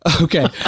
Okay